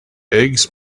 eggs